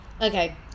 Okay